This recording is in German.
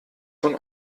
von